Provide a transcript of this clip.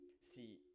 see